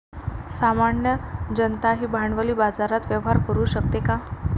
सामान्य जनताही भांडवली बाजारात व्यवहार करू शकते का?